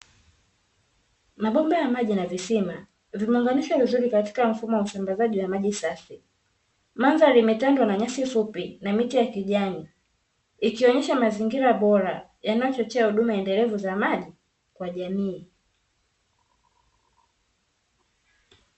Mabomba ya maji na visima vimeunganishwa vizuri katika mfumo wa usambazaji wa maji safi. Mandhari imetandwa na nyasi fupi na miti ya kijani, ikionyesha mazingira bora yanayochochea huduma endelevu za maji kwa jamii.